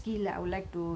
okay